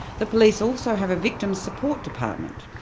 the police also have a victims support department,